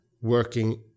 working